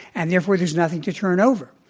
and therefore there's nothing to turn over.